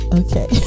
okay